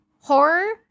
Horror